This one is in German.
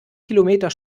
kilometer